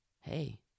hey